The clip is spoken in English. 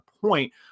point